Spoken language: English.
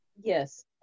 Yes